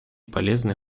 полезный